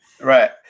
Right